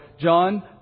John